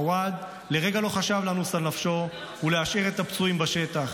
עווד לרגע לא חשב לנוס על נפשו ולהשאיר את הפצועים בשטח.